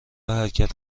حرکت